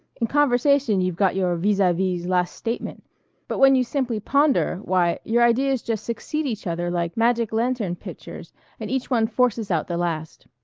in conversation you've got your vis-a-vis's last statement but when you simply ponder, why, your ideas just succeed each other like magic-lantern pictures and each one forces out the last.